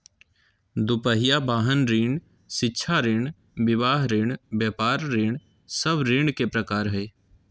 दू पहिया वाहन ऋण, शिक्षा ऋण, विवाह ऋण, व्यापार ऋण सब ऋण के प्रकार हइ